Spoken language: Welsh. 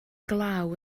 glaw